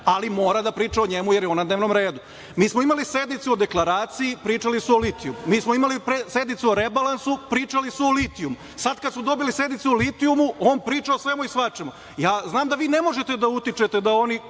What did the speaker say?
ali mora da priča o njemu, jer je on na dnevnom redu. Mi smo imali sednicu o deklaraciji - pričali su o litijumu, mi smo imali sednicu o rebalansu – pričali su o litijumu. Sada kada su dobili sednicu o litijumu, on priča o svemu i svačemu. Ja znam da vi ne možete da utičete da oni